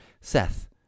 Seth